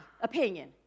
opinion